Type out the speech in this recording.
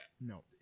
no